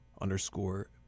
underscore